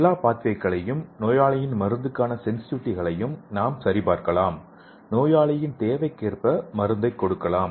எல்லா பாத்வேகளையும் நோயாளியின் மருந்துக்கான சென்சிட்டிவிட்டியையும் நாம் சரிபார்க்கலாம் நோயாளியின் தேவைக்கேற்ப மருந்தைக் கொடுக்கலாம்